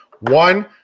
One